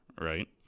right